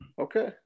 okay